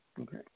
okay